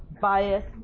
bias